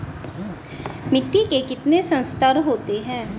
मिट्टी के कितने संस्तर होते हैं?